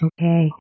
Okay